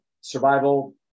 survival